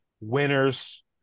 winners